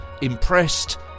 impressed